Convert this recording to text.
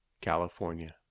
California